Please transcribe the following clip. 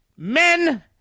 Men